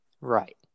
Right